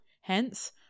Hence